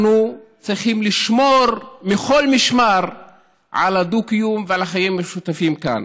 אנחנו צריכים לשמור מכל משמר על הדו-קיום ועל החיים המשותפים כאן.